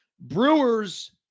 Brewers